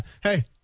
hey